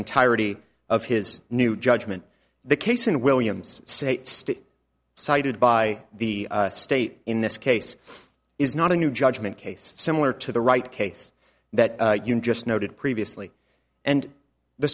entirety of his new judgment the case in williams say cited by the state in this case is not a new judgment case similar to the right case that you just noted previously and the